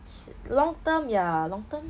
sh~ long term ya long term